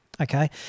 Okay